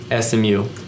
SMU